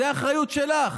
זו האחריות שלך.